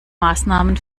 maßnahmen